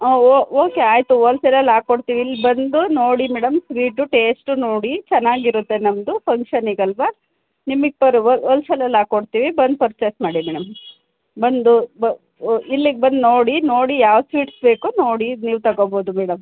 ಹಾಂ ಓಕೆ ಆಯಿತು ಹೋಲ್ಸೇಲಲ್ಲಿ ಹಾಕಿ ಕೊಡ್ತೀವಿ ಇಲ್ಲಿ ಬಂದು ನೋಡಿ ಮೇಡಮ್ ಸ್ವೀಟು ಟೇಸ್ಟು ನೋಡಿ ಚೆನ್ನಾಗಿರುತ್ತೆ ನಮ್ಮದು ಫಂಕ್ಷನ್ನಿಗೆ ಅಲ್ವ ನಿಮಗೆ ಪರ್ ಹೋಲ್ಸೇಲಲ್ಲಿ ಹಾಕಿ ಕೊಡ್ತೀವಿ ಬಂದು ಪರ್ಚೇಸ್ ಮಾಡಿ ಮೇಡಮ್ ಬಂದು ಬ ಇಲ್ಲಿಗೆ ಬಂದು ನೋಡಿ ನೋಡಿ ಯಾವ ಸ್ವೀಟ್ಸ್ ಬೇಕು ನೋಡಿ ಇದು ನೀವು ತಗೋಬೋದು ಮೇಡಮ್